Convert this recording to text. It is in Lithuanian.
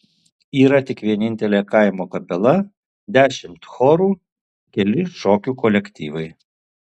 yra tik vienintelė kaimo kapela dešimt chorų keli šokių kolektyvai